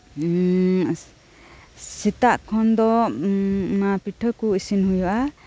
ᱥᱮᱛᱟᱜ ᱠᱷᱚᱱ ᱫᱚ ᱚᱱᱟ ᱯᱤᱴᱷᱟᱹᱠᱩ ᱤᱥᱤᱱ ᱦᱩᱭᱩᱜᱼᱟ